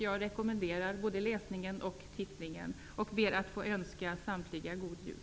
Jag rekommenderar både läsande och tittande och ber att få önska samtliga God Jul!